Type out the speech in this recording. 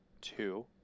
two